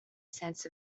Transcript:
sense